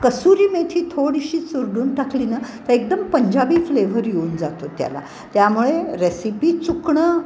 कसुरी मेथी थोडीशी चुरडून टाकली नं तर एकदम पंजाबी फ्लेव्हर येऊन जातो त्याला त्यामुळे रेसिपी चुकणं